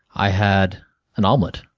i had an omelet.